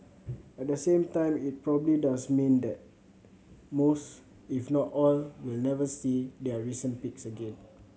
at the same time it probably does mean that most if not all will never see their recent peaks again